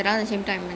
but !aiyo!